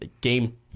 game